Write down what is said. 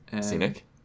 scenic